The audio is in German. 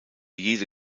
jede